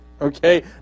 Okay